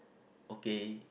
okay